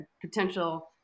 potential